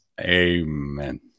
Amen